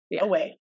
away